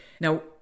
Now